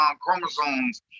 chromosomes